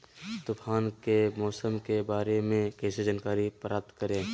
तूफान के मौसम के बारे में कैसे जानकारी प्राप्त करें?